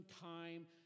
time